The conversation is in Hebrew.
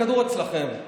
הכדור אצלכם.